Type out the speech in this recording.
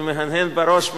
ומהנהן בראש,